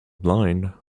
blind